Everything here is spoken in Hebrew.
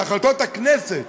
בהחלטות הכנסת,